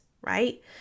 Right